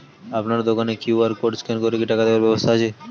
আপনার দোকানে QR code scan করে কি টাকা দেওয়ার ব্যবস্থা আছে?